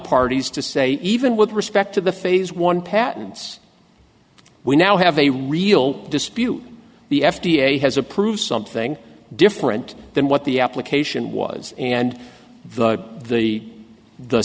parties to say even with respect to the phase one patents we now have a real dispute the f d a has approved something different than what the application was and the the